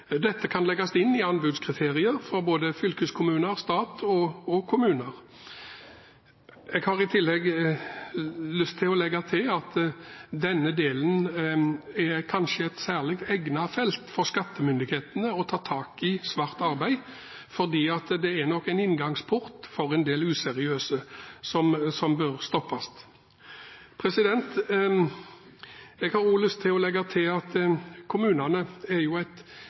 Dette kan legges inn i anbudskriterier fra både fylkeskommuner, stat og kommuner. Jeg har lyst til å legge til at denne delen er kanskje et særlig egnet felt for skattemyndighetene til å ta tak i svart arbeid, for det er nok en inngangsport for en del useriøse, som bør stoppes. Jeg vil også legge til at kommunene er et